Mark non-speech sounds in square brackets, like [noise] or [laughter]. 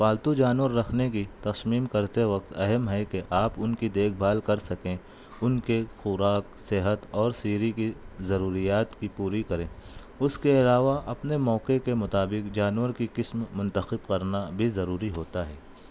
پالتو جانور رکھنے کی [unintelligible] کرتے وقت اہم ہے کہ آپ ان کی دیکھ بھال کر سکیں ان کے خوراک صحت اور سیری کی ضروریات بھی پوری کریں اس کے علاوہ اپنے موقعہ کے مطابق جانور کی قسم منتخب کرنا بھی ضروری ہوتا ہے